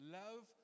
love